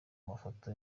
mafoto